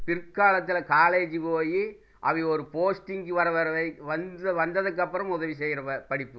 பிற்காலத்தில் காலேஜ் போய் அவங்க ஒரு போஸ்டிங்குக்கு வர வரை வந்து வந்ததுக்கப்புறமும் உதவி செய்கிற படிப்பு